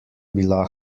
bila